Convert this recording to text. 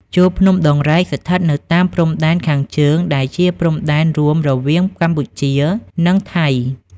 ជួរភ្នំដងរែក ស្ថិតនៅតាមព្រំដែនខាងជើង ដែលជា ព្រំដែនរួមរវាងកម្ពុជា និង ថៃ ។